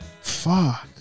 Fuck